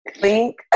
link